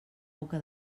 boca